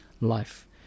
life